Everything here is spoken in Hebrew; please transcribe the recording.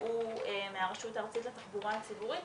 שהוא מהרשות הארצית לתחבורה הציבורית,